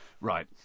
Right